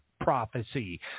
Prophecy